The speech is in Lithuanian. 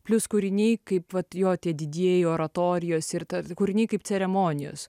plius kūriniai kaip vat jo tie didieji oratorijos ir kūriniai kaip ceremonijos